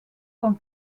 con